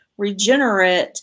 regenerate